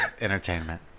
entertainment